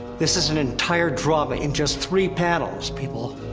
this is an entire drama, in just three panels, people.